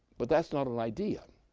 but that's not an idea.